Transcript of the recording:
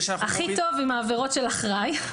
הכי טוב עם העבירות של אחראי.